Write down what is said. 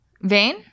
Vain